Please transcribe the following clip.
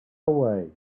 away